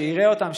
שיראה אותם,